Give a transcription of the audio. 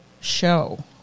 show